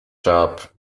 shop